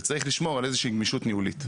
וצריך לשמור על איזושהי גמישות ניהולית.